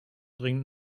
dringend